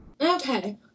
okay